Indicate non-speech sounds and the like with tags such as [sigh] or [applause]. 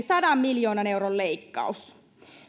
[unintelligible] sadan miljoonan euron leikkaus